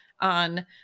on